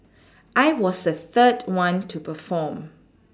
I was the third one to perform